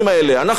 אנחנו לא צריכים.